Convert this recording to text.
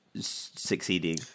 succeeding